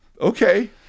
Okay